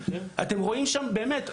באמת,